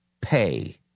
pay